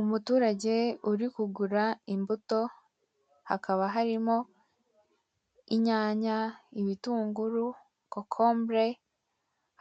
Umuturage uri kugura imbuto hakaba harimo inyanya, ibitunguru, kokombure